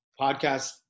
podcast